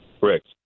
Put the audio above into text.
correct